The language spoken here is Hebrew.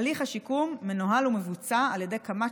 הליך השיקום מנוהל ומבוצע על ידי קמ"ט